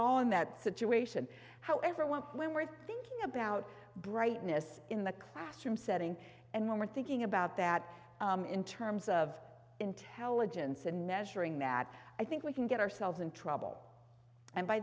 all in that situation however i want when we're thinking about brightness in the classroom setting and when we're thinking about that in terms of intelligence and measuring that i think we can get ourselves in trouble and by